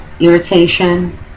irritation